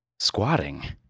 squatting